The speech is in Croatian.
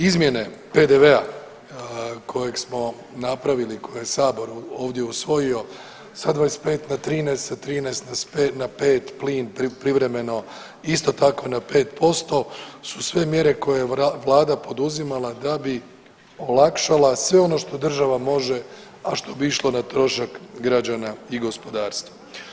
Izmjene PDV-a kojeg smo napravili, koje je Sabor ovdje usvojio sa 25 na 13, sa 13 na 5, plin privremeno isto tako na 5% su sve mjere koje je Vlada poduzimala da bi olakšala sve ono što država može a što bi išlo na trošak građana i gospodarstva.